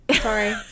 Sorry